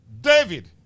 David